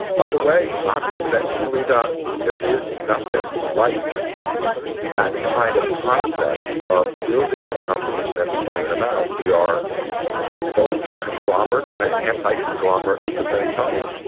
by the way, not conventionally done. there is nothing like that kind of concept of building up companies and then spinning them out. we are both a conglomerate and an anti-conglomerate at the same time.